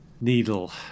needle